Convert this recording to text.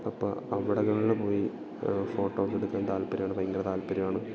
അപ്പം അവിടങ്ങളിൽ പോയി ഫോട്ടോ ഒക്കെ എടുക്കാൻ താല്പര്യവാണ് ഭയങ്കര താല്പര്യവാണ്